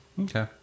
Okay